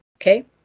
okay